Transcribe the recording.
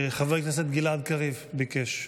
חבר הכנסת גלעד קריב ביקש.